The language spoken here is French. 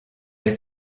des